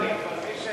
לא היה קודם.